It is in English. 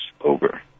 over